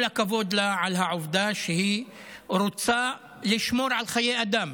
כל הכבוד לה על העובדה שהיא רוצה לשמור על חיי אדם,